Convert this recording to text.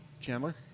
Chandler